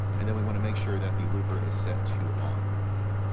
and then we want to make sure that the looper is set to on.